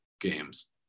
games